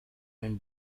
nel